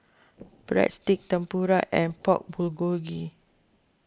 Breadsticks Tempura and Pork Bulgogi